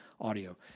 audio